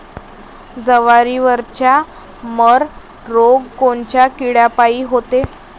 जवारीवरचा मर रोग कोनच्या किड्यापायी होते?